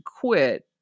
quit